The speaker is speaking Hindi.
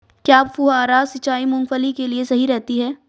क्या फुहारा सिंचाई मूंगफली के लिए सही रहती है?